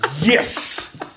Yes